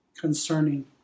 concerning